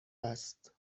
است